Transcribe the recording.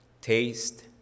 taste